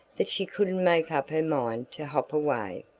that she couldn't make up her mind to hop away.